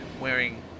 wearing